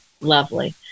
lovely